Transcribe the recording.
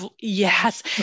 yes